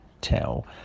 tell